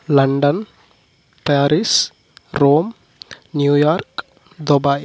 London Paris Rome New York Dubai